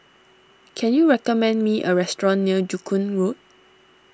can you recommend me a restaurant near Joo Koon Road